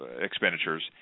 expenditures